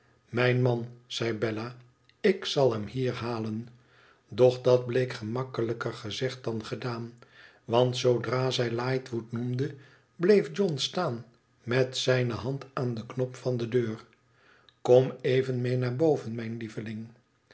mijn man zei bella ik zal hem hier halen doch dat bleek gemakkelijker gezegd dan gedaan want zoodra zij lightwood noemde bleef john staan met zijne hand aan den knop van de deur kom even mee naar boven mijn lieveling